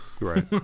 Right